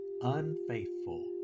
unfaithful